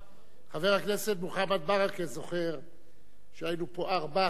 חבר הכנסת מוחמד ברכה זוכר שהיינו פה ארבעה-חמישה.